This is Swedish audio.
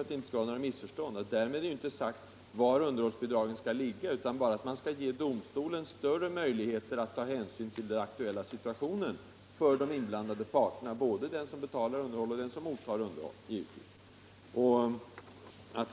att det inte skall råda några missförstånd vill jag också understryka att därmed inte sägs var underhållsbidragen skall ligga, utan bara att domstolarna skall ges större möjligheter att ta hänsyn till den aktuella situationen för de inblandade parterna, både den som betalar underhåll och den som tar emot underhållet.